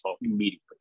immediately